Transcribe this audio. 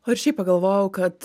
o ir šiaip pagalvojau kad